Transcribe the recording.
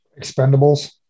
Expendables